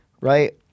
Right